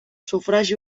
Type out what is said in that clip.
sufragi